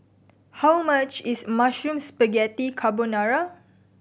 how much is Mushroom Spaghetti Carbonara